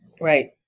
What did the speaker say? Right